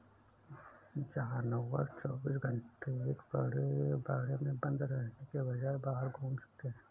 जानवर चौबीस घंटे एक बाड़े में बंद रहने के बजाय बाहर घूम सकते है